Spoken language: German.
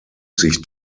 sich